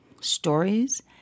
stories